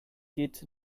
geht